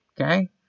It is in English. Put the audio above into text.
okay